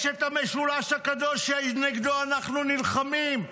יש את המשולש הקדוש שנגדו אנחנו נלחמים,